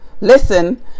listen